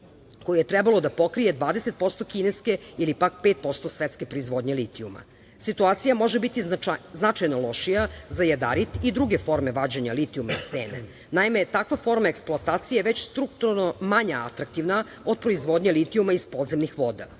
koji je trebalo da pokrije 20 posto kineske ili pak 5 posto svetske proizvodnje litijuma. Situacija može biti značajno lošija za jadarit i druge forme vađenja litijuma iz stene. Takva forma eksploatacije je već strukturno manje atraktivna od proizvodnje litijuma iz podzemnih voda.